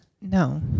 No